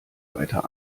weiter